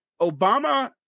Obama